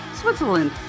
Switzerland